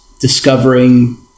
discovering